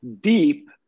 deep